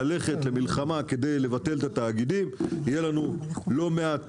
ללכת למלחמה כדי לבטל את התאגידים יהיה לנו לא מעט